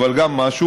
אבל גם משהו,